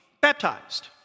baptized